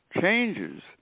changes